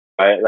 right